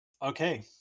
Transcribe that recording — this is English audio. Okay